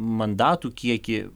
mandatų kiekį